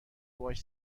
باهاش